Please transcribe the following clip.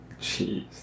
Jeez